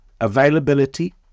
Availability